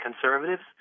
conservatives